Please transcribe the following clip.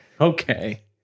Okay